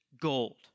gold